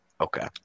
okay